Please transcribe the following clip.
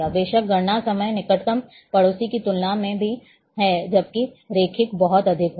बेशक गणना समय निकटतम पड़ोसी की तुलना में है जबकि रैखिक बहुत अधिक होगा